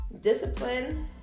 Discipline